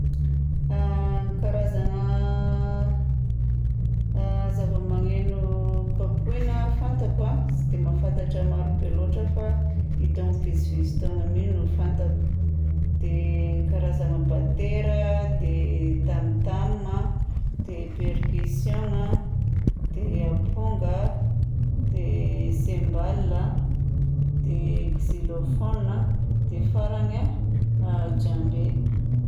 Ny karazagna zava-magneno kapohina fantako a, tsy dia mahafantatra maro be loatra aho fa itony vitsivitsy itony mi no fantako. Dia ny karazagna batera dia tamtam a, dia percussiongna, dia aponga, dia cymbal a, dia xylophone a, dia farany a jambé.